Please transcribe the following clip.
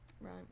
Right